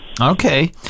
Okay